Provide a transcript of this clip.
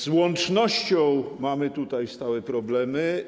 Z łącznością mamy tutaj stałe problemy.